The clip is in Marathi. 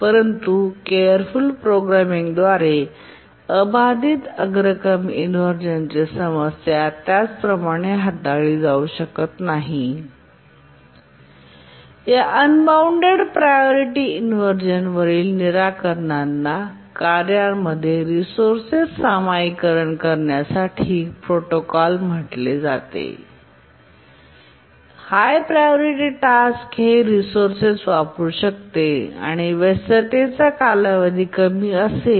परंतु केअरफूल प्रोग्रामिंग द्वारे अबाधित अग्रक्रम इनव्हर्जन समस्या त्याच प्रकारे हाताळली जाऊ शकत नाही या अनबॉऊण्डेड प्रायॉरीटी इनव्हर्जनवरील निराकरणांना कार्यांमध्ये रिसोर्सेस सामायिकरण करण्यासाठी प्रोटोकॉल म्हटले जाते हाय प्रायोरिटी टास्क हे रिसोर्सेस वापरू शकते आणि व्यस्ततेचा कालावधी कमी असेल